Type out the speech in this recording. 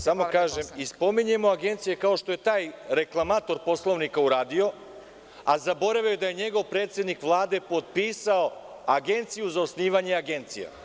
Samo kažem, spominjemo agencije kao što je taj reklamator Poslovnika uradio, a zaboravio je da je njegov predsednik Vlade potpisao agenciju za osnivanje agencije.